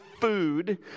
food